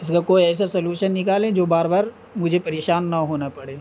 اس کا کوئی ایسا سلوشن نکالیں جو بار بار مجھے پریشان نہ ہونا پڑے